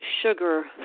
sugar